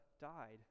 died